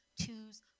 Twos